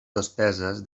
despeses